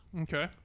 Okay